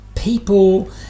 people